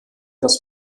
das